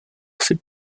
asi